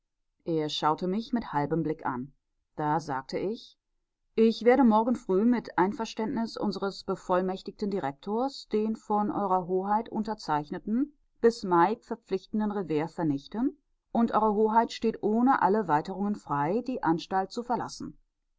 er schaute mich mit halbem blick an da sagte ich ich werde morgen früh mit einverständnis unseres bevollmächtigten direktors den von ew hoheit unterzeichneten bis mai verpflichtenden revers vernichten und ew hoheit steht ohne alle weiterungen frei die anstalt zu verlassen